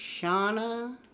Shauna